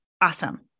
awesome